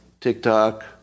TikTok